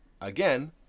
Again